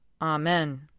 Amen